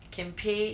can pay